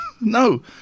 No